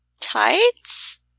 tights